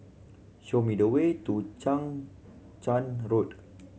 show me the way to Chang Charn Road